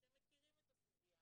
שהם מכירים את הסוגיה,